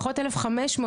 פחות 1,500,